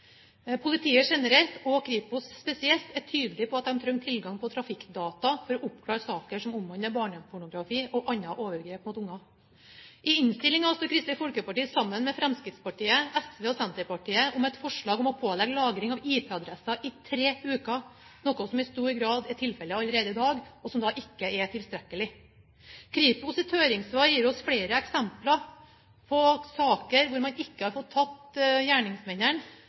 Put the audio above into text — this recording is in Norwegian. Politiet generelt, og Kripos spesielt, er tydelige på at de trenger tilgang til trafikkdata for å oppklare saker som omhandler barnepornografi og andre overgrep mot barn. I innstillingen står Kristelig Folkeparti sammen med Fremskrittspartiet, SV og Senterpartiet om et forslag om å pålegge lagring av IP-adresser i tre uker, noe som i stor grad er tilfellet allerede i dag, og som ikke er tilstrekkelig. Kripos’ høringssvar gir oss flere eksempler på saker hvor man ikke har tatt gjerningsmennene